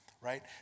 right